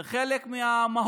זה חלק מהמהות